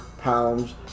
pounds